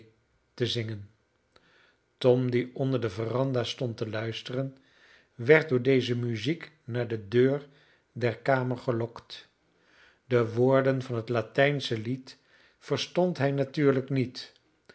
te zingen tom die onder de veranda stond te luisteren werd door deze muziek naar de deur der kamer gelokt de woorden van het latijnsche lied verstond hij natuurlijk niet